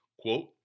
Quote